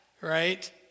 right